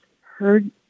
heard